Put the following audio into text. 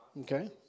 Okay